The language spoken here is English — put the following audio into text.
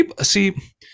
see